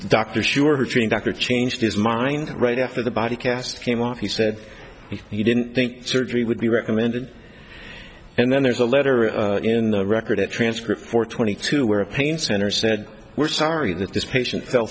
dr sure her doctor changed his mind right after the body cast came on he said he didn't think surgery would be recommended and then there's a letter in the record a transcript for twenty two where a pain center said we're sorry that this patient fell